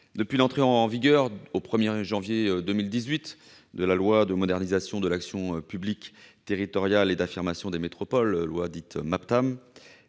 Depuis l'entrée en vigueur, au 1 janvier 2018, de la loi de modernisation de l'action publique territoriale et d'affirmation des métropoles, dite loi